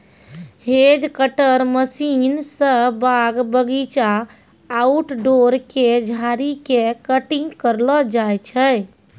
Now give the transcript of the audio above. hedge cutter machine स बाग बगीचा, आउटडोर के झाड़ी के कटिंग करलो जाय छै